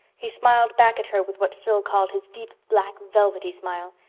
he smiled back at her with what phil called his deep, black, velvety smile.